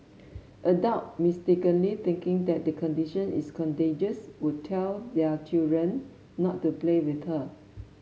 adult mistakenly thinking that the condition is contagious would tell their children not to play with her